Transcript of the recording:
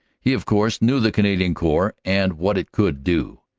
he, of course, knew the canadian corps and what it could do.